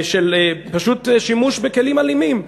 של פשוט שימוש בכלים אלימים,